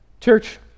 Church